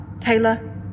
Taylor